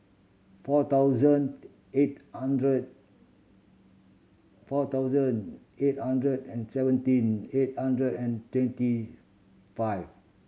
four thousand eight hundred four thousand eight hundred and seventeen eight hundred and twenty five